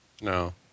No